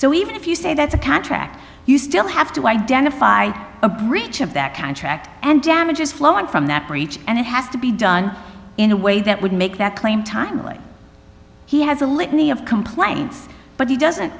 so even if you say that's a contract you still have to identify a breach of that contract and damages flowing from that breach and it has to be done in a way that would make that claim timely he has a litany of complaints but he doesn't